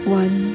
one